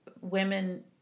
Women